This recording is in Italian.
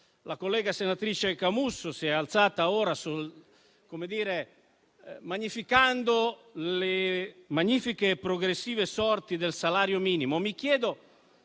La collega senatrice Camusso si è alzata ora magnificando le magnifiche e progressive sorti del salario minimo.